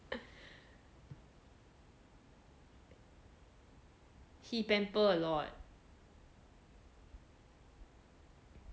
he pamper a lot